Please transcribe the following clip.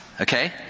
Okay